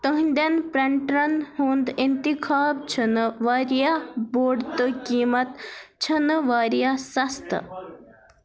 تہنٛدٮ۪ن پرنٹرن ہُنٛد انتخاب چھُنہٕ واریاہ بوٚڑ تہٕ قۭمت چھُنہٕ واریاہ سستہٕ